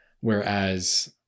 whereas